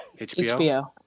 HBO